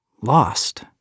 lost